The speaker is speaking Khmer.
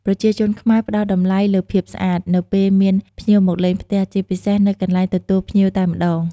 ប្រជាជនខ្មែរផ្ដល់តម្លៃលើភាពស្អាត នៅពេលមានភ្ញៀវមកលេងផ្ទះ ជាពិសេសនៅកន្លែងទទួលភ្ញៀវតែម្ដង។